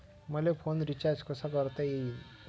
मले phone recharge कसा करता येईन?